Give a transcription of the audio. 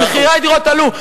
מחירי הדירות עלו.